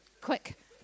Quick